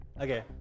Okay